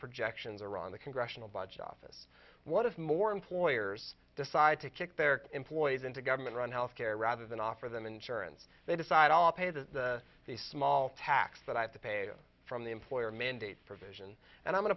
projections are on the congressional budget office what if more employers decide to kick their employees into government run health care rather than offer them insurance they decide i'll pay the fee small tax that i have to pay from the employer mandate provision and i'm going